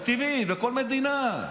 זה טבעי בכל מדינה.